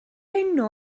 enw